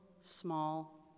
small